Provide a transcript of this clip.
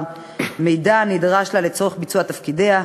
מידע הנדרש לה לצורך ביצוע תפקידיה.